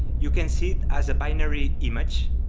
you can see it as a binary image,